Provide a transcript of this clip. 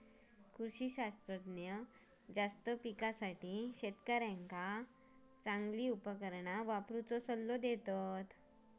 कृषी शास्त्रज्ञ जास्त पिकासाठी शेतकऱ्यांका चांगली उपकरणा वापरुचो सल्लो देतत